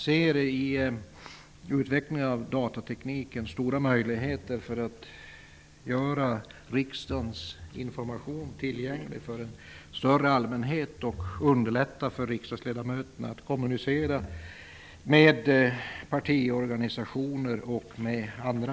I utvecklingen på datateknikens område ser vi stora möjligheter att göra riksdagens information tillgänglig för en större allmänhet och att göra det lättare för riksdagsledamöterna att kommunicera med partiorganisationer och myndigheter.